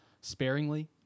sparingly